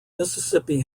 mississippi